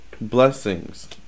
Blessings